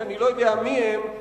שאני לא יודע מי הם,